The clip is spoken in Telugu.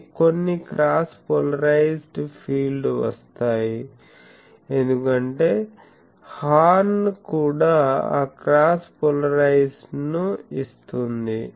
కానీ కొన్ని క్రాస్ పోలరైజ్డ్ ఫీల్డ్ వస్తాయి ఎందుకంటే హార్న్ కూడా ఆ క్రాస్ పోలరైజ్డ్ ను ఇస్తుంది